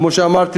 כמו שאמרתי,